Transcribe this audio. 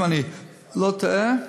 אם אני לא טועה,